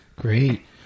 Great